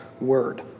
word